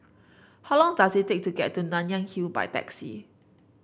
how long does it take to get to Nanyang Hill by taxi